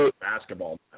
basketball